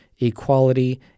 equality